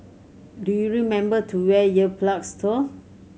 do you remember to wear ear plugs though